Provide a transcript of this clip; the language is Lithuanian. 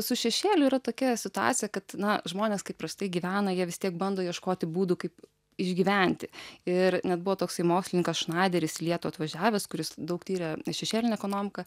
su šešėliu yra tokia situacija kad na žmonės kai prastai gyvena jie vis tiek bando ieškoti būdų kaip išgyventi ir net buvo toksai mokslininkas šnaderis į lietų atvažiavęs kuris daug tyrė šešėlinę ekonomiką